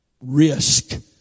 risk